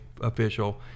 official